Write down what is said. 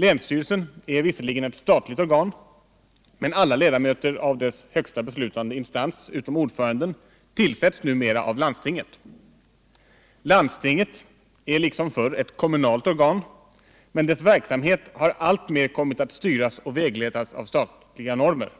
Länsstyrelsen är visserligen ett statligt organ, men alla ledamöter av dess högsta beslutande instans utom ordföranden tillsätts numera av landstinget. Landstinget är liksom förr ett kommunalt organ, men dess verksamhet har alltmer kommit att styras och vägledas av statliga normer.